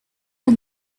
are